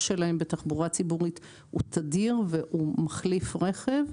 שלהם בתחבורה ציבורית הוא תדיר והוא מחליף רכב.